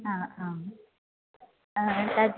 हा आम् तद्